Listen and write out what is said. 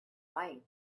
light